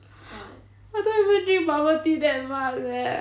I don't even drink bubble tea that much eh